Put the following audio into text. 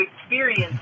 experience